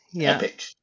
epic